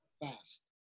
fast